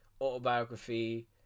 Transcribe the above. Autobiography